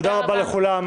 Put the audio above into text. תודה רבה לכולם.